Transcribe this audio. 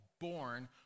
born